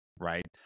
right